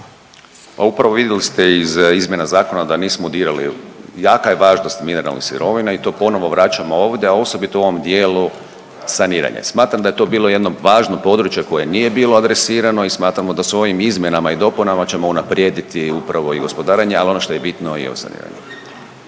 upravo vidjeli ste iz izmjena zakona da nismo dirali, jaka je važnost mineralnih sirovina i to ponovo vraćamo ovdje, a osobito u ovom dijelu saniranja. Smatram da je to bilo jedno važno područje koje nije bile adresirano i smatramo da su ovim izmjenama i dopuna ćemo unaprijediti upravo i gospodarenje, ali ono što je bitno i ovo saniranje.